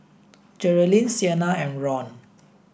Jerilyn Sienna and Ron